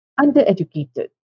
undereducated